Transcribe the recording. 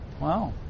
wow